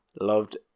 loved